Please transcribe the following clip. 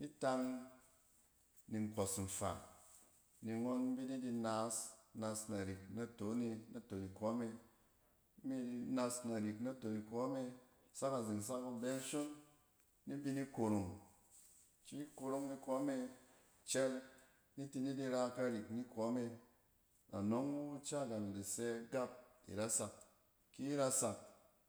itang ni nkↄs nfaa ni ngↄn bi ni di naas, nas naik naton e naton ikↄ me, ni mi di nas narik ni ikↄ me, sak azeng zak ibɛ ashon ni bi ni korong. Ki korong ikↄ me cɛl, nitini di ra karik ni kↄ me. Na nↄng wu wu ica gam da sɛ gap irasak; ki irasak.